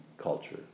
culture